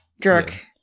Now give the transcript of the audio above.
jerk